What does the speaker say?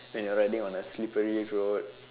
when you're riding on a slippery road